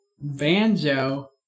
Banjo